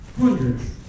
Hundreds